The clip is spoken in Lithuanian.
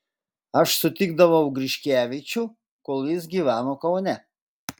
aš sutikdavau griškevičių kol jis gyveno kaune